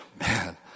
man